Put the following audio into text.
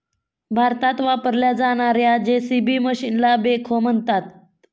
भारतात वापरल्या जाणार्या जे.सी.बी मशीनला बेखो म्हणतात